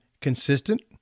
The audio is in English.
consistent